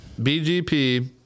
BGP